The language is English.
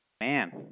Man